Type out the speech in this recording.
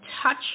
touch